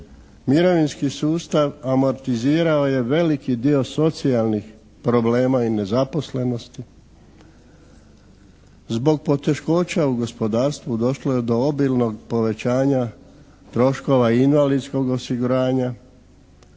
mirovinski sustav amortizirao je veliki dio socijalnih problema i nezaposlenosti. Zbog poteškoća u gospodarstvu došlo je do obilnog povećanja troškova invalidskog osiguranja,